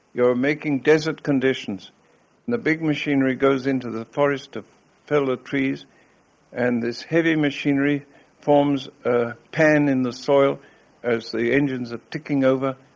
you are making desert conditions, and the big machinery goes into the forest to fell the trees and this heavy machinery forms a pan in the soil as the engines are ticking over,